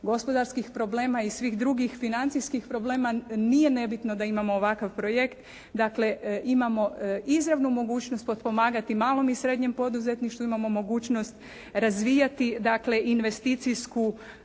gospodarskih problema i svih drugih financijskih problema nije nebitno da imamo ovakav projekt. Dakle imamo izravnu mogućnost potpomagati malom i srednjem poduzetništvu. Imamo mogućnost razvijati dakle investicijsku,